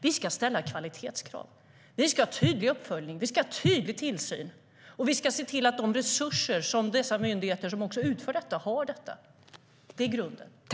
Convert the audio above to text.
Vi ska ställa kvalitetskrav. Vi ska ha en tydlig uppföljning. Vi ska ha en tydlig tillsyn. Och vi ska se till att de myndigheter som utför detta har resurser. Det är grunden.